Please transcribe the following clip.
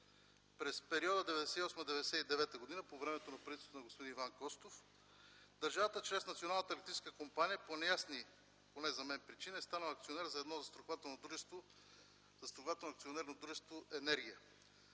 През периода 1998-1999 г., по времето на правителството на господин Иван Костов, държавата чрез Националната електрическа компания по неясни, поне за мен, причини е станала акционер на едно застрахователно дружество –